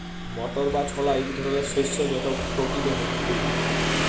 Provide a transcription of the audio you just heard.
মটর বা ছলা ইক ধরলের শস্য যেট প্রটিলে ভত্তি